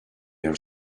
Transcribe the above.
are